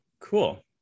Cool